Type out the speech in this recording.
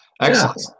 excellent